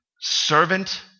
servant